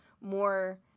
More